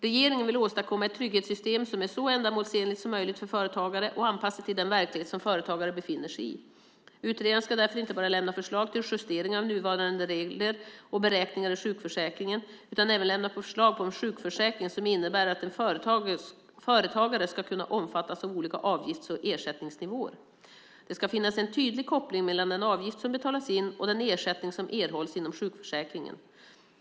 Regeringen vill åstadkomma ett trygghetssystem som är så ändamålsenligt som möjligt för företagare och anpassat till den verklighet som företagare befinner sig i. Utredaren ska därför inte bara lämna förslag på justeringar av nuvarande regler och beräkningar i sjukförsäkringen utan även lämna förslag på en sjukförsäkring som innebär att en företagare ska kunna omfattas av olika avgifts och ersättningsnivåer. Det ska finnas en tydlig koppling mellan den avgift som betalas in och den ersättning som erhålls inom sjukförsäkringen.